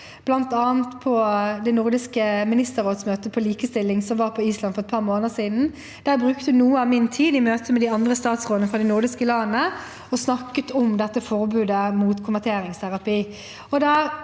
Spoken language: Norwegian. bl.a. på det nordiske ministerrådsmøtet om likestilling på Island for et par måneder siden. Der brukte jeg noe av min tid i møte med de andre statsrådene fra de nordiske landene til å snakke om dette forbudet mot konverteringsterapi.